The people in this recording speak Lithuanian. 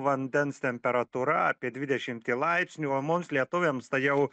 vandens temperatūra apie dvidešimtį laipsnių o mums lietuviams tai jau